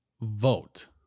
vote